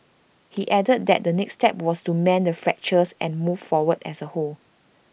he added that the next step was to mend the fractures and move forward as A whole